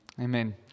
Amen